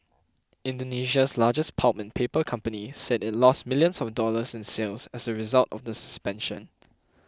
Indonesia's largest pulp and paper company said it lost millions of dollars in sales as a result of the suspension